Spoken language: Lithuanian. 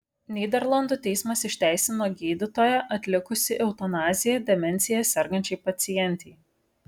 nyderlandų teismas išteisino gydytoją atlikusį eutanaziją demencija sergančiai pacientei